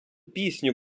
пісню